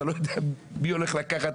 אתה לא יודע מי הולך לקחת,